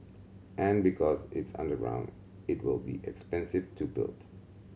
and because it's underground it will be expensive to build